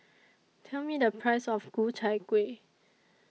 Tell Me The Price of Ku Chai Kueh